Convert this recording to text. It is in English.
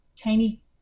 tiny